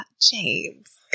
James